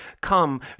come